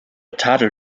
tadel